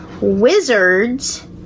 Wizards